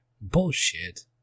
Bullshit